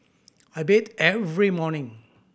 I bathe every morning